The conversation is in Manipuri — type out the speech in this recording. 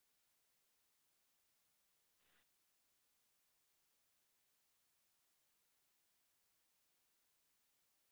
ꯑꯣ ꯅꯧꯅ ꯆꯜꯂꯒꯁꯨ ꯑꯗꯨꯝ ꯅꯪꯅꯤꯕ ꯊꯥ ꯑꯃꯁꯤꯗꯗꯤ ꯍꯥꯏꯗꯤ ꯄꯣꯠꯁꯤ ꯏꯅꯪꯗ ꯍꯥꯏꯗꯤ ꯆꯟꯕꯨ ꯆꯜꯂꯁꯨ ꯍꯥꯟꯅꯒꯤ ꯂꯩꯔꯝꯕꯗ ꯂꯩꯕꯨ ꯂꯩꯔꯁꯨ ꯏꯅꯪꯗ ꯅꯪꯉꯤ ꯍꯥꯏꯕꯩ ꯃꯑꯣꯡꯅꯦꯕ ꯄꯣꯠꯁꯦ